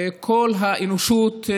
כל האנושות,